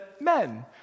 men